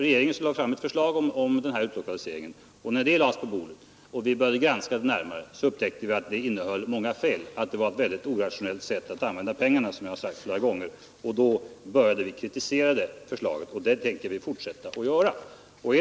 Regeringen lade fram ett förslag om denna utlokalisering, och när det förslaget kom på riksdagens bord och vi började granska det närmare, så upptä te vi att det innehöll många fel och att det, som jag har sagt många gånger, var ett mycket orationellt sätt att använda pengarna på. Då började vi kritisera förslaget — och det tänker vi fortsätta att göra.